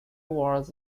wards